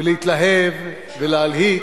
ולהתלהב ולהלהיט,